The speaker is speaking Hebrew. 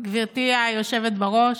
גברתי היושבת בראש,